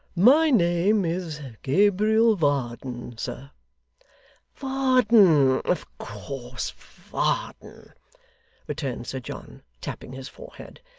my name is gabriel varden, sir varden, of course, varden returned sir john, tapping his forehead.